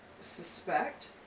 suspect